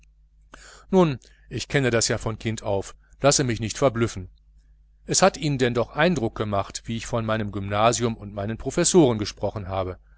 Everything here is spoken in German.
nun ich kenne ja das von kind auf und lasse mich nicht verblüffen es hat ihnen denn doch imponiert wie ich von meinem gymnasium und meinen professoren gesprochen habe